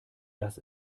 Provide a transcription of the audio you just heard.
dass